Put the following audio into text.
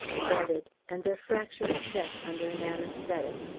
bedded, and their fractures set under an anaesthetic.